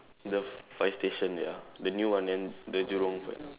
the fire station ya the new one yang the Jurong side